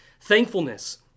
Thankfulness